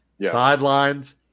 sidelines